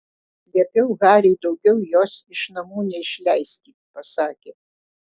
liepiau hariui daugiau jos iš namų neišleisti pasakė